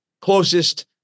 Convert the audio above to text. closest